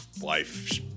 life